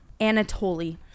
Anatoly